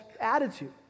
attitude